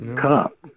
Cup